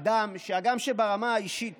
אדם שהגם שברמה האישית